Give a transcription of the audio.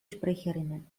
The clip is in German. sprecherinnen